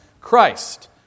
Christ